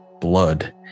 blood